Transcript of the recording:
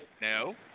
No